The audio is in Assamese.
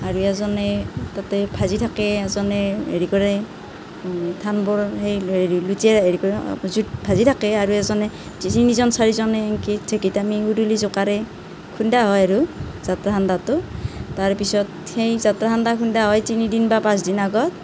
আৰু এজনে তাতে ভাজি থাকে এজনে হেৰি কৰে ধানবোৰ সেই হেৰি লুটিয়াই হেৰি কৰি জুইত ভাজি থাকে আৰু এজনে তিনিজন চাৰিজনে এনেকৈ ঢেঁকীত আমি উৰুলি জোকাৰে খুন্দা হয় আৰু যাত্ৰা সান্দহটো তাৰপিছত সেই যাত্ৰা সান্দহ খুন্দা হয় তিনিদিন বা পাঁচদিন আগত